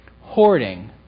hoarding